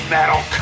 Metal